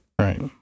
Right